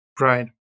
Right